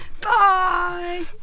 Bye